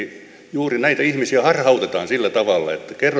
juuri näitä ihmisiä harhautetaan sillä tavalla että